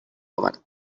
our